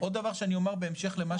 עוד דבר שאומר בהמשך למה